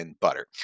butter